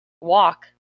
walk